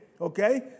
okay